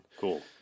Cool